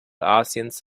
asiens